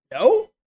no